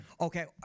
Okay